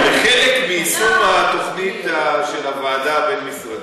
כחלק מיישום התוכנית של הוועדה הבין-משרדית.